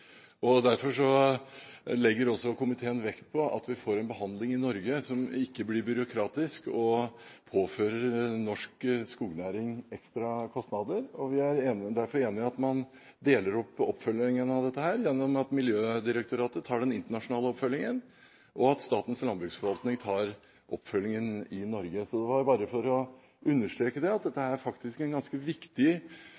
og derfor legger komiteen vekt på at vi får en behandling i Norge som ikke blir byråkratisk og påfører norsk skognæring ekstra kostnader. Vi er derfor enige om at vi deler opp oppfølgingen av dette ved at Miljødirektoratet tar den internasjonale oppfølgingen, og at Statens landbruksforvaltning tar oppfølgingen i Norge. Jeg ville si dette for å understreke at dette